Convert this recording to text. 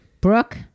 Brooke